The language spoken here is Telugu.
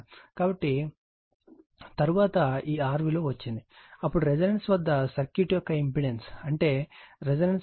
కాబట్టి తరువాత ఈ R విలువ వచ్చింది అప్పుడు రెసోనెన్స్ వద్ద సర్క్యూట్ యొక్క ఇంపెడెన్స్ అంటే రెసోనెన్స్ వద్ద XL XC అవుతుంది కాబట్టి Z R విలువ 56